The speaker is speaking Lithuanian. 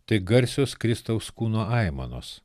tai garsios kristaus kūno aimanos